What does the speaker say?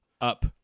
up